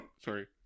sorry